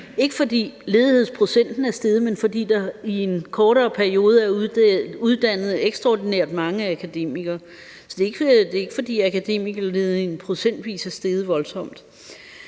ikke fordi ledighedsprocenten er steget, men fordi der i en kortere periode er uddannet ekstraordinært mange akademikere. Så det er ikke, fordi akademikerledigheden procentvis er steget voldsomt.